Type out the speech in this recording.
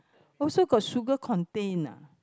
also got sugar contained ah